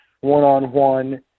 one-on-one